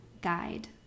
Guide